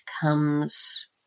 comes